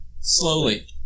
Slowly